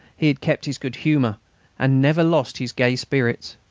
he had kept his good humour and never lost his gay spirits.